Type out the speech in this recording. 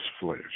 flesh